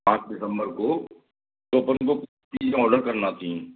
पाँच दिसम्बर को तो अपन को चीज़ ऑडर करनी थी